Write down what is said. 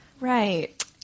Right